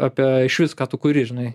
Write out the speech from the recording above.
apie išvis ką tu kuri žinai